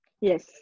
Yes